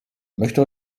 möchte